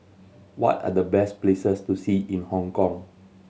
what are the best places to see in Hong Kong